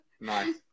Nice